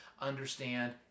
understand